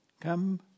come